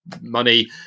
money